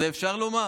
את זה אפשר לומר?